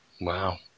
Wow